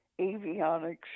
avionics